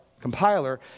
Compiler